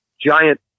giant